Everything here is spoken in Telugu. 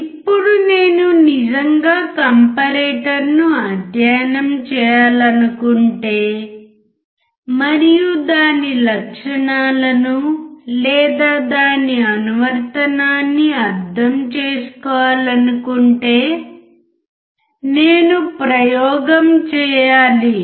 ఇప్పుడు నేను నిజంగా కాంపారేటర్ ను అధ్యయనం చేయాలనుకుంటే మరియు దాని లక్షణాలను లేదా దాని అనువర్తనాన్ని అర్థం చేసుకోవాలనుకుంటే నేను ప్రయోగం చేయాలి